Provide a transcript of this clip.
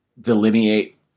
delineate